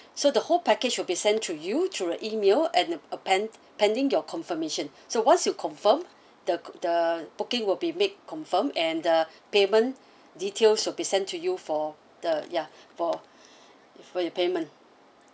so the whole package will be sent to you through the email and the a pen~ pending your confirmation so once you confirm the co~ the booking will be made confirm and the payment details will be sent to you for the ya for for your payment